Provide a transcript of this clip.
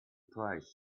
price